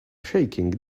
shaking